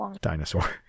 dinosaur